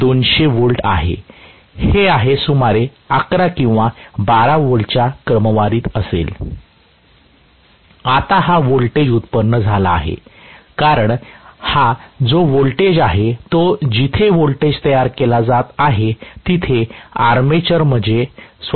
हे आहे सुमारे 11 किंवा 12 V च्या क्रमवारीत असेल आता हा व्होल्टेज उत्पन्न झाला आहे कारण हा जो व्होल्टेज आहे तो जिथे व्होल्टेज तयार केले जाते तिथे आर्मेचरमध्ये स्वतः प्रकट होते